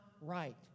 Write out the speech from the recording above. right